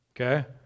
Okay